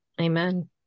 Amen